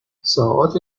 ساعات